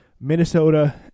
Minnesota